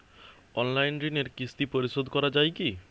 Online ঋণের কিস্তি পরিশোধ করা যায় কি?